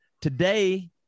today